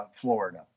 Florida